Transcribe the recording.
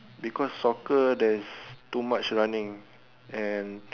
because soccer there's too much running and